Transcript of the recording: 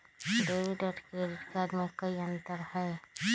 Debit और credit card में कई अंतर हई?